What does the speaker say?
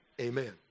Amen